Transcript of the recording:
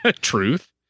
Truth